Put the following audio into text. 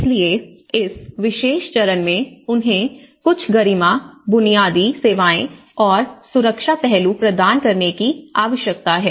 इसलिए इस विशेष चरण में उन्हें कुछ गरिमा बुनियादी सेवाएं और सुरक्षा पहलू प्रदान करने की आवश्यकता है